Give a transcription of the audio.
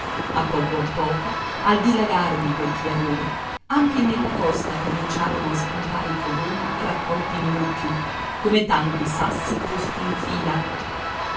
a poco a poco al dilagar di quel chiarore anche nella costa cominciarono a spuntare i covoni raccolti in mucchi come tanti sassi posti in fila